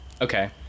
Okay